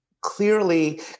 Clearly